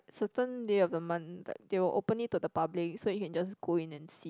certain day of the month like they will open it to the public so you can just go in and see